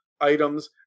items